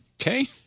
Okay